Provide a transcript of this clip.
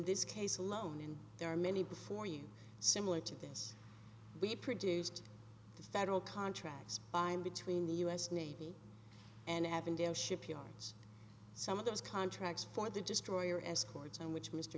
this case alone and there are many before you similar to this we produced the federal contracts signed between the us navy and avondale shipyards some of those contracts for the destroyer escorts and which mr